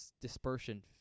dispersion